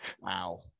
Wow